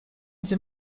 the